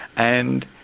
and,